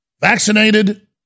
Vaccinated